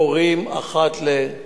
קורה אחת ל-,